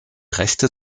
rechte